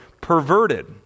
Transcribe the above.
perverted